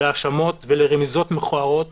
להאשמות ולרמיזות מכוערות